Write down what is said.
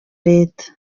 leta